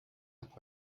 hat